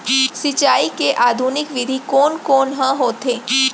सिंचाई के आधुनिक विधि कोन कोन ह होथे?